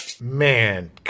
Man